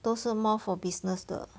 都是 more for business 的